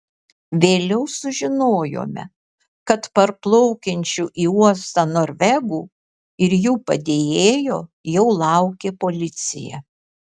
vėliau sužinojome kad parplaukiančių į uostą norvegų ir jų padėjėjo jau laukė policija